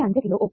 25 kilo Om